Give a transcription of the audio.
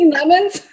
lemons